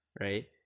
right